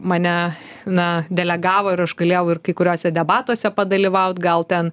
mane na delegavo ir aš galėjau ir kai kuriuose debatuose padalyvaut gal ten